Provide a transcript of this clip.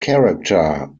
character